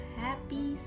happy